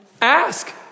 Ask